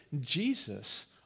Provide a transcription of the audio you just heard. Jesus